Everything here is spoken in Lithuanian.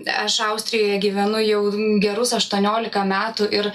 aš austrijoje gyvenu jau gerus aštuoniolika metų ir